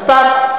אף פעם.